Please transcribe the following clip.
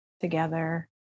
together